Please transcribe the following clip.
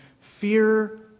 fear